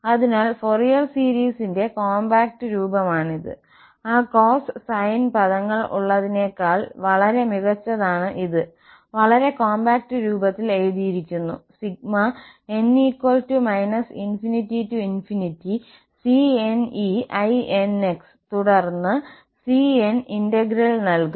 അതിനാൽ ഫൊറിയർ സീരീസിന്റെ കോംപാക്ട് രൂപമാണിത് ആ cos sin പദങ്ങൾ ഉള്ളതിനേക്കാൾ വളരെ മികച്ചതാണ് ഇത് വളരെ കോംപാക്ട് രൂപത്തിൽ എഴുതിയിരിക്കുന്നു n ∞cneinx തുടർന്ന് cn ഇന്റഗ്രൽ നൽകും